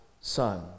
son